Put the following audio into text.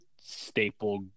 staple